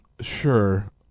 Sure